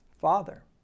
Father